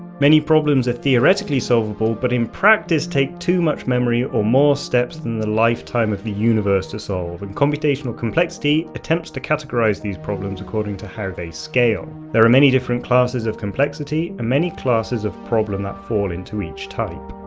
many problems are theoretically solvable but in take too much memory or more steps than lifetime of the universe to solve, and computational complexity attempts to categorise these problems according to how they scale. there are many different classes of complexity and many classes of problem that fall into each type.